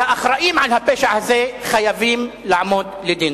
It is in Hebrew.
והאחראים לפשע הזה חייבים לעמוד לדין.